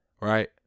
Right